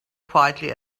quietly